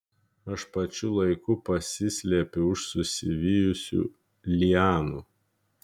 aš pačiu laiku pasislepiu už susivijusių lianų